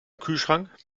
kühlschrank